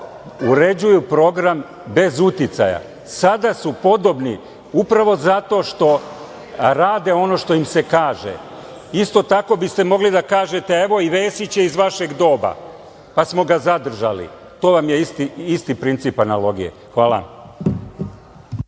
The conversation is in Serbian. uređuju program bez uticaja. Sada su podobni, upravo zato što rade ono što im se kaže. Isto tako biste mogli da kažete - evo, i Vesić je iz vašeg doba, pa smo ga zadržali. To vam je isti princip analogije. Hvala.